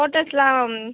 ஃபோட்டோஸ்லாம்